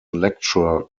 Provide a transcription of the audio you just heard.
lecture